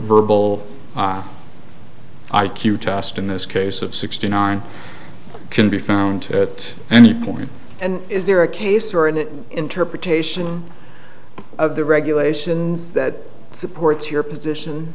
verbal i q test in this case of sixty nine can be found at any point and is there a case or an interpretation of the regulations that supports your position